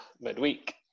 midweek